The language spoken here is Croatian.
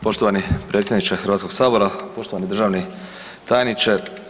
Poštovani predsjedniče Hrvatskog sabora, poštovani državni tajniče.